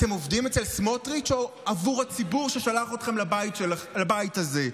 אתם עובדים אצל סמוטריץ' או עבור הציבור ששלח אתכם לבית הזה?